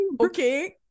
Okay